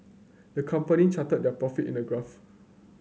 the company charted their profit in a graph